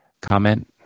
comment